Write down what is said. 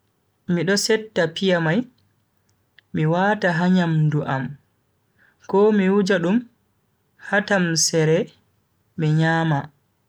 Mi do setta piya mai mi wata ha nyamdu am ko mi wuja dum ha tamseere mi nyama.